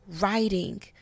writing